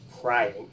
crying